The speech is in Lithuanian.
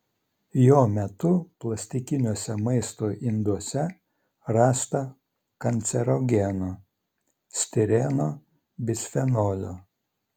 jo metu plastikiniuose maisto induose rasta kancerogenų stireno bisfenolio